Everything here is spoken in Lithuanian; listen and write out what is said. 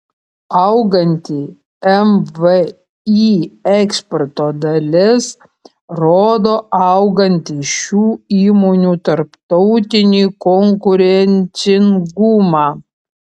auganti mvį eksporto dalis rodo augantį šių įmonių tarptautinį konkurencingumą